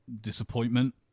disappointment